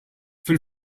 fil